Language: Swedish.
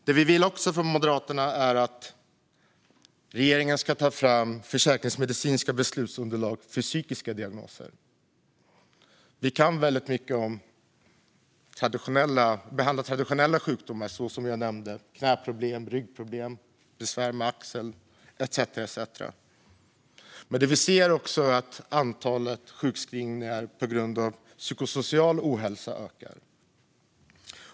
Det som vi moderater också vill är att regeringen ska ta fram försäkringsmedicinska beslutsunderlag för psykiska diagnoser. Vi kan väldigt mycket om behandling av traditionella sjukdomar, som jag nämnde - knäproblem, ryggproblem, besvär med axeln etcetera - men vi ser att antalet sjukskrivningar på grund av psykosocial ohälsa ökar.